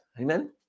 Amen